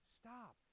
stop